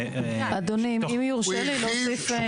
אדוני, אם יורשה לי להוסיף.